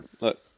look